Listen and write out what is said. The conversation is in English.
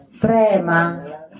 Prema